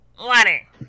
Water